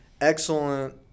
excellent